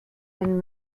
den